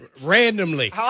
Randomly